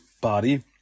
body